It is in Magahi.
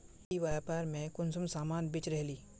ई व्यापार में कुंसम सामान बेच रहली?